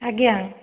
ଆଜ୍ଞା